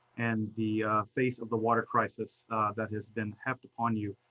and the face of the water crisis that has been heaped upon you.